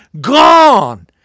gone